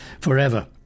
forever